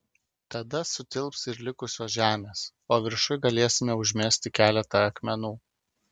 tada sutilps ir likusios žemės o viršuj galėsime užmesti keletą akmenų